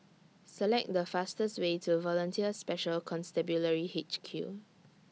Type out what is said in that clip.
Select The fastest Way to Volunteer Special Constabulary H Q